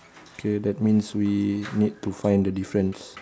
okay that means we need to find the difference